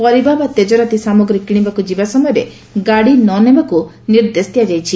ପରିବା ବା ତେକରାତି ସାମଗ୍ରୀ କିଶିବାକୁ ଯିବା ସମୟରେ ଗାଡି ନ ନେବାକୁ ନିର୍ଦ୍ଦେଶ ଦିଆଯାଇଛି